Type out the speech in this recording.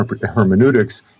hermeneutics